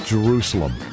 Jerusalem